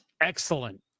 excellent